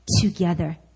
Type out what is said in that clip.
together